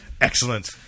Excellent